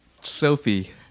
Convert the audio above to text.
sophie